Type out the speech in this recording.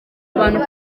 abantu